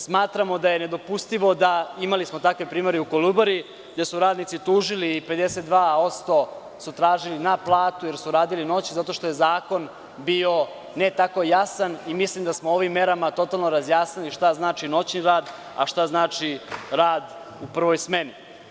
Smatramo da je nedopustivo da, imali smo takve primere i u „Kolubari“, gde su radnici tužili i 52% su tražili na platu jer su radili noću, zato što je zakon bio ne tako jasan i mislim da smo ovim merama totalno razjasnili šta znači noćni rad, a šta znači rad u prvoj smeni.